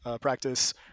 practice